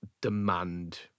demand